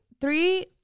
three